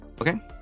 okay